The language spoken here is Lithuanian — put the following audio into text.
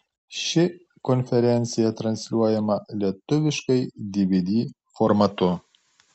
ši konferencija transliuojama lietuviškai dvd formatu